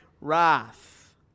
wrath